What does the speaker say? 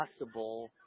possible